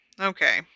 Okay